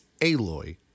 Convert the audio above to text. Aloy